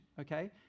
okay